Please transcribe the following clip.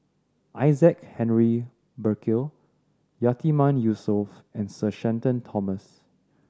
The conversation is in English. Isaac Henry Burkill Yatiman Yusof and Sir Shenton Thomas